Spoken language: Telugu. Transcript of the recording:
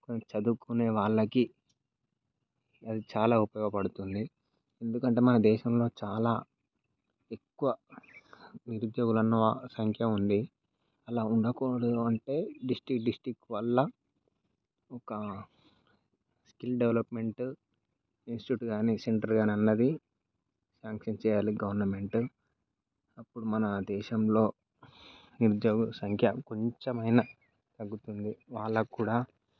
చదువుకునే వాళ్ళకి అది చాలా ఉపయోగపడుతుంది ఎందుకంటే మన దేశంలో చాలా ఎక్కువ నిరుద్యోగులన్న వా సంఖ్య ఉంది అలా ఉండకూడదు అంటే డిస్టిక్ డిస్టిక్ వల్ల ఒక స్కిల్ డెవలప్మెంట్ ఇన్స్ట్యూట్ గానీ సెంటర్ గానీ అన్నది శాంక్షన్ చేయాలి గవర్నమెంట్ అప్పుడు మన దేశంలో నిరుద్యోగుల సంఖ్య కొంచమైనా తగ్గుతుంది వాళ్ళక్కూడా